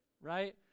right